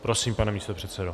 Prosím, pane místopředsedo.